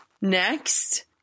Next